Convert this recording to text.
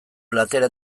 platera